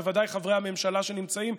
בוודאי חברי הממשלה שנמצאים,